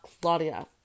Claudia